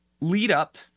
lead-up